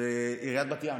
היא עיריית בת ים.